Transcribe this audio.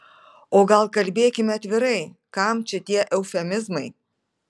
o gal kalbėkime atvirai kam čia tie eufemizmai